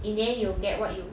in the end you will get what you